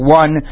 one